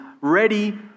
ready